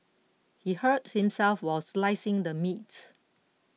he hurt himself while slicing the meat